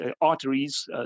arteries